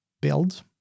build